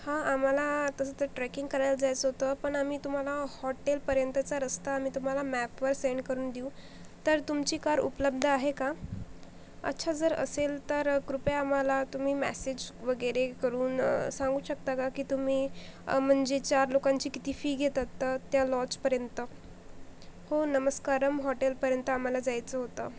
हा आम्हाला तसं तर ट्रेकिंग करायला जायचं होतं पण आम्ही तुम्हाला हॉटेलपर्यंतचा रस्ता आम्ही तुम्हाला मॅपवर सेंड करून देऊ तर तुमची कार उपलब्ध आहे का अच्छा जर असेल तर कृपया आम्हाला तुम्ही मॅसेज वगैरे करून सांगू शकता का की तुम्ही म्हणजे चार लोकांची किती फी घेता तर त्या लॉजपर्यंत हो नमस्कारम् हॉटेलपर्यंत आम्हाला जायचं होतं